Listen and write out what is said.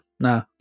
No